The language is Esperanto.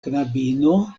knabino